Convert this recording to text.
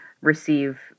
receive